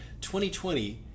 2020